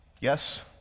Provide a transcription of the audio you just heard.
Yes